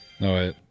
No